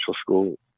school